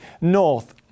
north